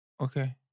Okay